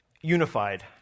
unified